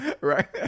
Right